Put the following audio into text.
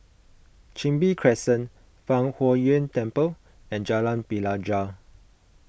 Chin Bee Crescent Fang Huo Yuan Temple and Jalan Pelajau